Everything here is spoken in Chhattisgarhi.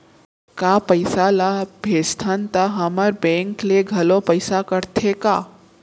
का पइसा ला भेजथन त हमर बैंक ले घलो पइसा कटथे का?